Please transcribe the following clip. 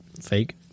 fake